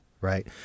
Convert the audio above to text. right